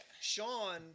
Sean